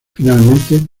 finalmente